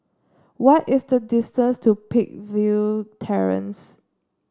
why is the distance to Peakville Terrace